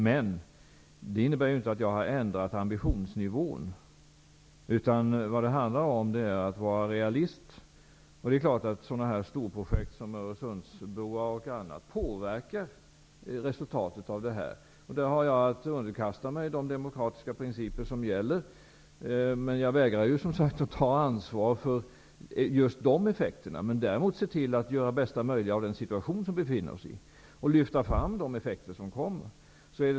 Men detta innebär inte att jag har ändrat ambitionsnivån, utan vad det handlar om är att vara realist. Storprojekt som Öresundsbroar och annat påverkar naturligtvis resultatet av detta, och jag har att underkasta mig de demokratiska principer som gäller, men jag vägrar, som sagt, att ta ansvar för just dessa effekter. Däremot vill jag göra det bästa möjliga av den situation som vi befinner oss i och lyfta fram de effekter som uppkommer.